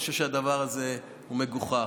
אני חושב שהדבר הזה הוא מגוחך.